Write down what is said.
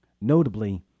notably